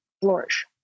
flourish